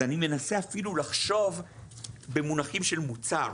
אז אני מנסה אפילו לחשוב במונחים של מוצר.